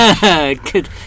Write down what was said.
Good